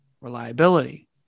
reliability